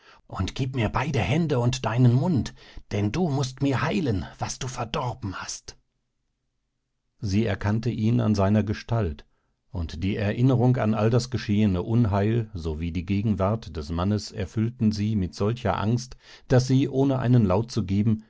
und gib mir beide hände und deinen mund denn du mußt mir heilen was du verdorben hast sie erkannte ihn an seiner gestalt und die erinnerung an all das geschehene unheil sowie die gegenwart des mannes erfüllten sie mit solcher angst daß sie ohne einen laut zu geben